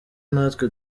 natwe